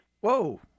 Whoa